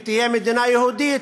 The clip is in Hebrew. ותהיה מדינה יהודית,